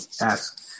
ask